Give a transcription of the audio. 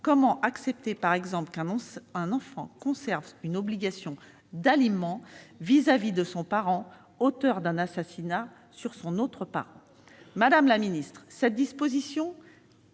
comment accepter qu'un enfant conserve une obligation d'aliment vis-à-vis de son parent auteur d'un assassinat sur son autre parent ?